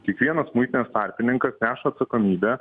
kiekvienas muitinės tarpininkas neša atsakomybę